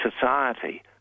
society